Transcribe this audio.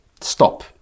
stop